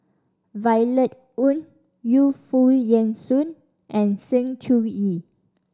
Violet Oon Yu Foo Yen Shoon and Sng Choon Yee